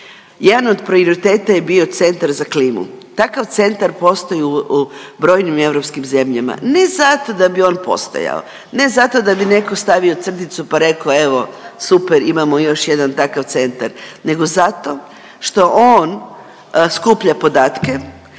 jedan od prioriteta je bio centar za klimu. Takav centar postoji u brojnim europskim zemljama ne zato da bi on postojao, ne zato da bi netko stavio crticu pa rekao evo super imamo još jedan takav centar, nego zato što on skuplja podatke,